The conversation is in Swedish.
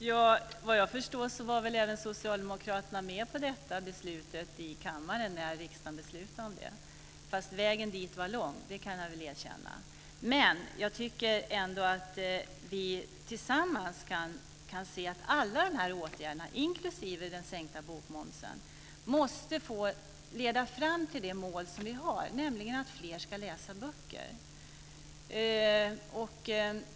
Fru talman! Vad jag förstår var Socialdemokraterna med på detta beslut i kammaren. Vägen dit var lång - det kan jag erkänna. Vi kan tillsammans se att alla åtgärderna, inklusive den sänkta bokmomsen, måste få leda fram till de mål vi har, nämligen att fler ska läsa böcker.